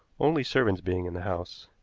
only servants being in the house.